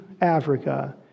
Africa